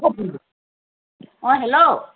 অ hello